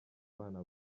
bana